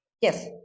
Yes